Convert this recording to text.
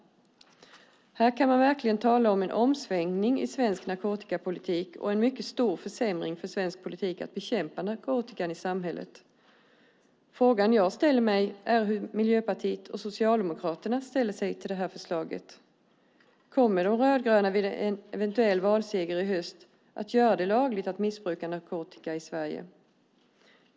Här kan man verkligen tala om en omsvängning i svensk narkotikapolitik och en mycket stor försämring för den svenska polisens möjligheter att bekämpa narkotikan i samhället. Min fråga är hur Miljöpartiet och Socialdemokraterna ställer sig till förslaget. Kommer de rödgröna vid en eventuell valseger i höst att göra det lagligt att bruka narkotika i Sverige?